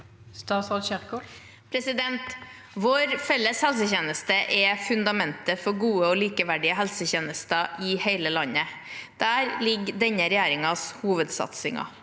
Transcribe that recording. Vår felles hel- setjeneste er fundamentet for gode og likeverdige helsetjenester i hele landet. Der ligger denne regjeringens hovedsatsinger.